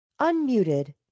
Unmuted